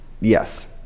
yes